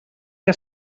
que